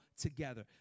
together